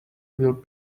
will